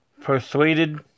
persuaded